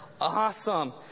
Awesome